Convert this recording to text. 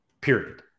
period